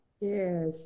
Yes